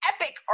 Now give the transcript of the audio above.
epic